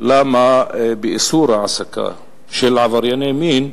למה באיסור העסקה של עברייני מין,